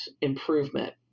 improvement